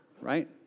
right